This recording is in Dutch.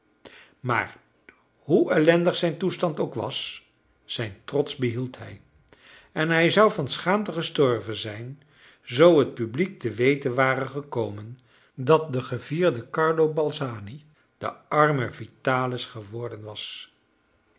maar hoe ellendig zijn toestand ook was zijn trots behield hij en hij zou van schaamte gestorven zijn zoo het publiek te weten ware gekomen dat de gevierde carlo balzani de arme vitalis geworden was